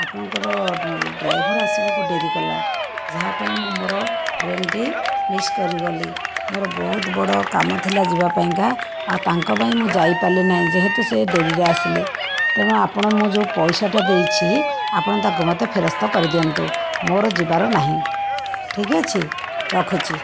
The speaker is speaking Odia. ଆପଣଙ୍କର ଡ୍ରାଇଭର ଆସିବାକୁ ଡ଼େରି କଲା ଯାହାପାଇଁ ମୁଁ ମୋର ଟ୍ରେନଟି ମିସ୍ କରିଗଲି ମୋର ବହୁତ ବଡ଼ କାମ ଥିଲା ଯିବା ପାଇଁକା ଆଉ ତାଙ୍କ ପାଇଁ ମୁଁ ଯାଇ ପାରିଲି ନାହିଁ ଯେହେତୁ ସେ ଡ଼େରିରେ ଆସିଲେ ତେଣୁ ଆପଣ ଯେଉଁ ମୋ ପଇସାଟା ଦେଇଛି ଆପଣ ତାକୁ ମୋତେ ଫେରସ୍ତ କରିଦିଅନ୍ତୁ ମୋର ଯିବାର ନାହିଁ ଠିକ୍ ଅଛି ରଖୁଛି